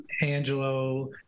Angelo